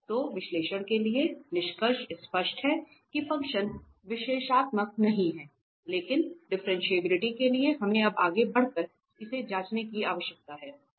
तो विश्लेषण के लिए निष्कर्ष स्पष्ट है कि फंक्शन विश्लेषणात्मक नहीं है लेकिन डिफ्रेंटिएबिलिटी के लिए हमें अब आगे बढ़ कर इसे जांच करने की आवश्यकता है